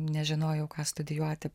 nežinojau ką studijuoti